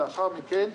ולאחר מכן,